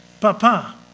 Papa